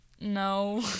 No